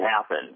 happen